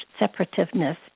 separativeness